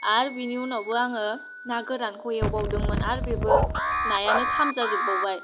आर बिनि उनावबो आङो ना गोरानखौ एवबावदोंमोन आरो बेबो नायानो खामजा जोबबावबाय